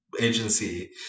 agency